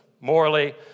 morally